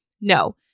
No